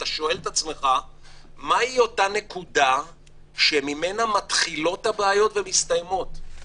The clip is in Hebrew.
אתה שואל את עצמך מהי אותה נקודה שממנה מתחילות הבעיות ומסתיימות.